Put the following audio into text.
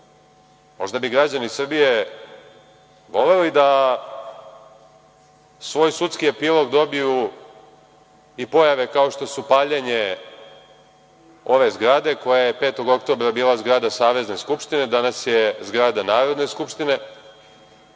Možda bi građani Srbije voleli da svoj sudski epilog dobiju i pojave kao što su paljenje ove zgrade, koja je 5. oktobra bila zgrada Savezne skupštine, danas je zgrada Narodne skupštine,